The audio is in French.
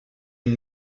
une